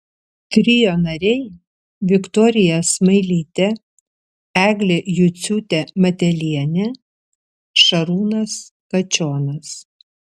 trio nariai viktorija smailytė eglė juciūtė matelienė šarūnas kačionas